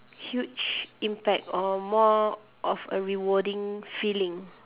huge impact or more of a rewarding feeling